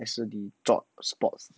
还是你 jog sports